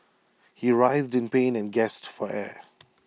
he writhed in pain and gasped for air